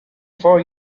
four